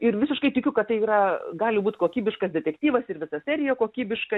ir visiškai tikiu kad tai yra gali būt kokybiškas detektyvas ir visa serija kokybiška